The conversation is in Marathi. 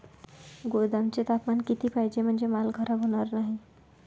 गोदामाचे तापमान किती पाहिजे? म्हणजे माल खराब होणार नाही?